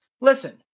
Listen